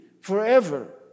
forever